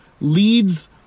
leads